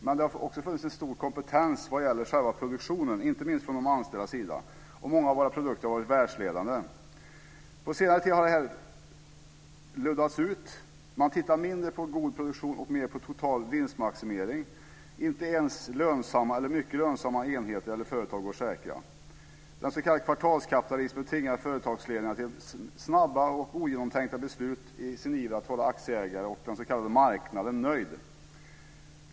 Men det har också funnits en stor kompetens vad gäller själva produktionen inte minst från de anställdas sida. Många våra produkter ha varit världsledande. På senare tid har det luddats ut. Man tittar mindre god produktion och mer på total vinstmaximering. Inte ens lönsamma eller mycket lönsamma enheter eller företag går säkra. Den s.k. kvartalskapitalismen tvingar företagsledningar till snabba och ogenomtänkta beslut i sin iver att hålla aktieägare och den s.k. marknaden nöjda.